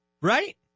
Right